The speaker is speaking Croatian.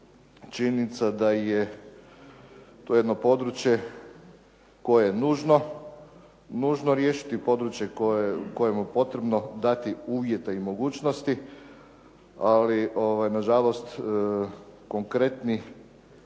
činjenica da je to jedno područje koje je nužno riješiti, područje kojemu je potrebno dati uvjete i mogućnosti, ali na žalost konkretne